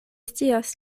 scias